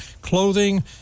clothing